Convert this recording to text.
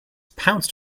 pounced